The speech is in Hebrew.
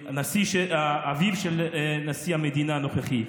אביו של נשיא המדינה הנוכחי,